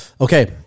Okay